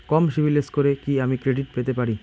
কম সিবিল স্কোরে কি আমি ক্রেডিট পেতে পারি?